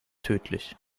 tödlich